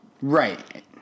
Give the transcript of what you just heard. Right